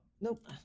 Nope